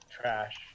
trash